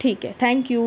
ٹھیک ہے thank you